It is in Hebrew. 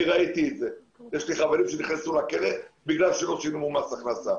יש לי חברים שנכנסו לכלא בגלל שלא שלמו מס הכנסה.